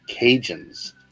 Cajuns